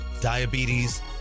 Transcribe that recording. diabetes